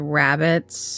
rabbits